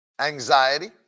anxiety